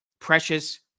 precious